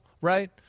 right